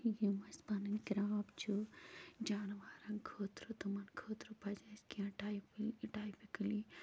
یِم اَسہِ پَنٕںۍ کرٛاپ چھِ جانوارَن خٲطرٕ تِمَن خٲطرٕ پَزِ اَسہِ کیٚنٛہہ ٹایِپل ٹایِپکٕلی